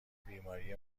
بیماری